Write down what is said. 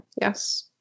Yes